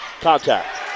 contact